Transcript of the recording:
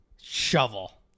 Shovel